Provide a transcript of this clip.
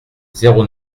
zéro